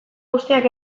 guztiak